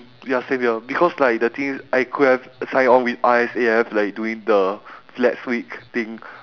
ya same here because like the thing is I could have sign on with R_S_A_F like doing the flags week thing